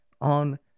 on